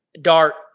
dart